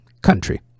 country